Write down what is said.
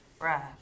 Right